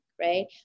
right